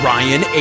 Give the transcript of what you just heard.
Ryan